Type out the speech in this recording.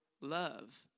love